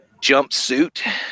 jumpsuit